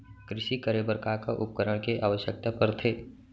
कृषि करे बर का का उपकरण के आवश्यकता परथे?